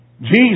Jesus